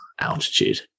altitude